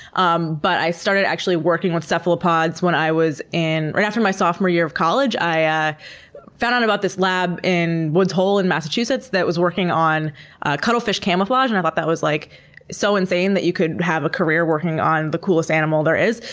um but i started actually working with cephalopods when i was in, right after my sophomore year of college. i ah found out about this lab in woods hole in massachusetts that was working on cuttlefish camouflage and i thought that was like so insane that you could have a career working on the coolest animal there is.